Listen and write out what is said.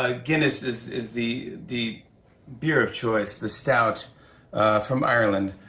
ah guinness is is the the beer of choice, the stout from ireland.